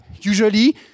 usually